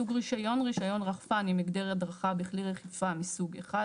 סוג רישיון: רישיון רחפן עם הגדר הדרכה בכלי כחיפה מסוג אחד.